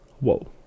whoa